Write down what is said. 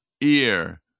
ear